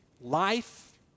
life